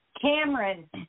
Cameron